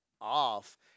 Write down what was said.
off